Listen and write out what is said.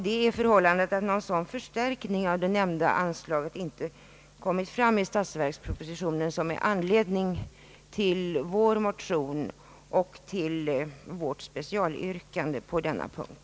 Det förhållandet att någon begäran om sådan förstärkning av det nämnda anslaget inte gjorts 1 statsverkspropositionen har givit anledning till vår motion och till vårt specialyrkande på denna punkt.